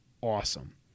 awesome